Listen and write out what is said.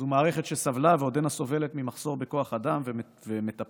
זו מערכת שסבלה ועודנה סובלת ממחסור בכוח אדם ומטפלים,